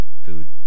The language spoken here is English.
food